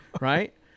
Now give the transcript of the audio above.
Right